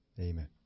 amen